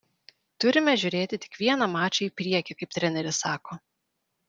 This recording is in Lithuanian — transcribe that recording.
turime žiūrėti tik vieną mačą į priekį kaip treneris sako